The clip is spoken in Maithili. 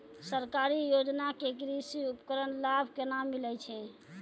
सरकारी योजना के कृषि उपकरण लाभ केना मिलै छै?